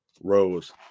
Rose